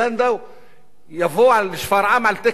יבוא לשפרעם על תקן המחנך הגדול,